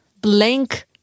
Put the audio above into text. Blank